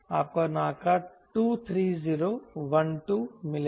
आपको NACA 23012 मिलेगा